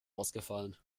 ausgefallen